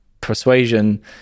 persuasion